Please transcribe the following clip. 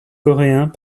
coréens